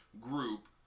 group